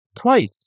Twice